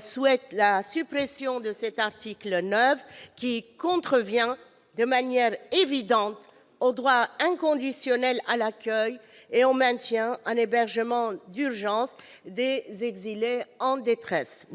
souhaitent la suppression de l'article 9, qui contrevient de manière évidente au droit inconditionnel à l'accueil et au maintien en hébergement d'urgence des exilés en détresse.